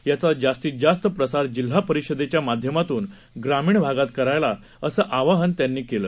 याचाजास्तीतजास्तप्रसारजिल्हापरिषदेच्यामाध्यमातूनग्रामीणभागातकराला असंआवाहनत्यांनीकेलं